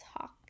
talk